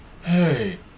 Hey